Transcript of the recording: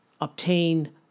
Obtain